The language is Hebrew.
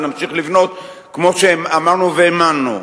ונמשיך לבנות כמו שאמרנו והאמנו.